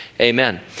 amen